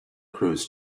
cruz